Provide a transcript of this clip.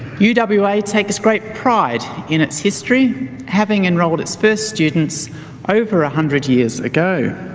yeah uwa takes great pride in its history having enrolled its first students over a hundred years ago.